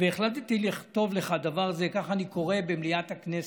"והחלטתי לכתוב לך", כך אני קורא במליאת הכנסת,